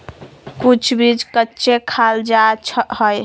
कुछ बीज कच्चे खाल जा हई